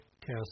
cast